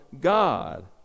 God